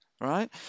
right